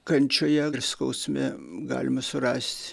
kančioje ir skausme galima surast